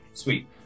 Sweet